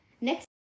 next